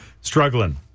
struggling